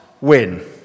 win